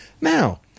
Now